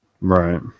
Right